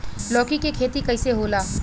लौकी के खेती कइसे होला?